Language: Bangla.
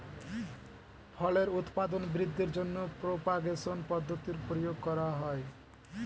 ফলের উৎপাদন বৃদ্ধির জন্য প্রপাগেশন পদ্ধতির প্রয়োগ করা হয়